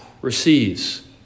receives